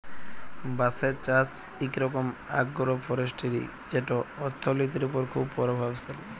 বাঁশের চাষ ইক রকম আগ্রো ফরেস্টিরি যেট অথ্থলিতির উপর খুব পরভাবশালী